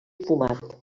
fumat